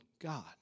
God